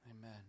Amen